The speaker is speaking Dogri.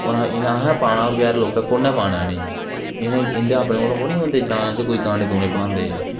होर इ'नेंगी पाना इनें लोकें पाना होर कु'न लोकें पाना इनेंगी इं'दे अपने कोल थोह्ड़ी होंदे जां दाने दुने बनांदे